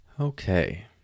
Okay